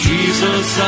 Jesus